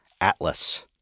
ATLAS